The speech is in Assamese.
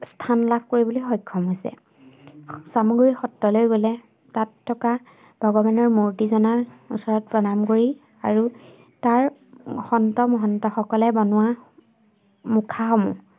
স্থান লাভ কৰিবলৈ সক্ষম হৈছে সামগ্ৰী সত্ৰলৈ গ'লে তাত থকা ভগৱানৰ মূৰ্তি জনাৰ ওচৰত প্ৰণাম কৰি আৰু তাৰ সন্ত মহন্তসকলে বনোৱা মুখাসমূহ